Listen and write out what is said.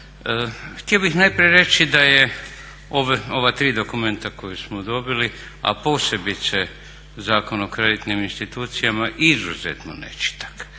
Htio bih najprije reći da je ova tri dokumenta koja smo dobili a posebice Zakon o kreditnim institucijama izuzetno nečitak.